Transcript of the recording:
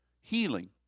healing